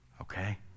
okay